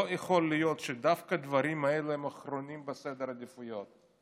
לא יכול להיות שדווקא הדברים האלה הם האחרונים בסדר העדיפויות.